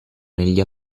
negli